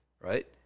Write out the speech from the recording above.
right